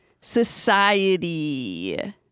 Society